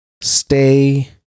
stay